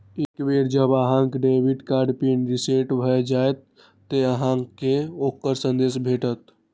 एक बेर जब अहांक डेबिट कार्ड पिन रीसेट भए जाएत, ते अहांक कें ओकर संदेश भेटत